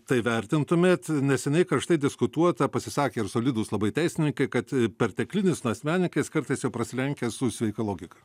tai vertintumėt neseniai karštai diskutuota pasisakė ir solidūs labai teisininkai kad perteklinis nuasmenikas kartais jau prasilenkia su sveika logika